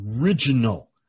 original